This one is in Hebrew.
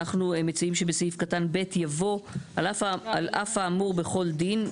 אנחנו מציעים שבסעיף קטן (ב) יבוא: "על אף האמור בכל דין,